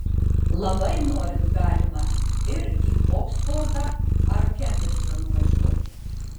labai norint galima ir į oksfordą ar kembridžą nuvažiuoti